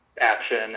action